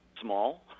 Small